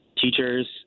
teachers